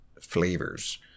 flavors